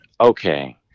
Okay